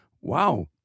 wow